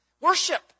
Worship